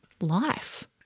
life